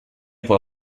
può